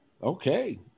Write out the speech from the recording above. Okay